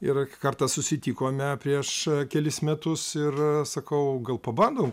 ir kartą susitikome prieš kelis metus ir sakau gal pabandom